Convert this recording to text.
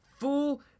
Fool